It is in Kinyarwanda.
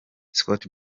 scott